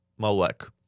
Molek